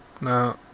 No